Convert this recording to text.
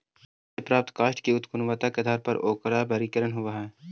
पेड़ से प्राप्त काष्ठ के गुणवत्ता के आधार पर ओकरा वर्गीकरण होवऽ हई